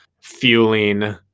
fueling